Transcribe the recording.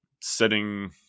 setting